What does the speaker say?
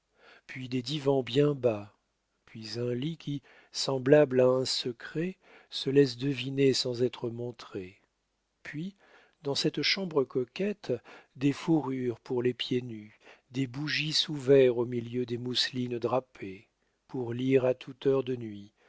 puis des divans bien bas puis un lit qui semblable à un secret se laisse deviner sans être montré puis dans cette chambre coquette des fourrures pour les pieds nus des bougies sous verre au milieu des mousselines drapées pour lire à toute heure de nuit